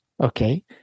okay